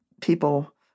people